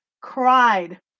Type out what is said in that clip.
cried